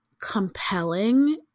compelling